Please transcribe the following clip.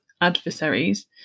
adversaries